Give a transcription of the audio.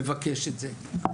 מבקש את זה.